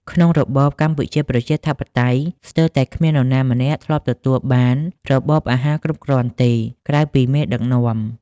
ក្នុងរបបកម្ពុជាប្រជាធិបតេយ្យ ស្ទើរតែគ្មាននរណាម្នាក់ ធ្លាប់ទទួលបានរបបអាហារគ្រប់គ្រាន់ទេ ក្រៅពីមេដឹកនាំ។